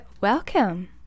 welcome